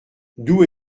d’où